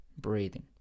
breathing